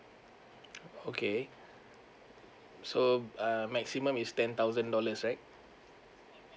okay so err maximum is ten thousand dollars right